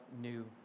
new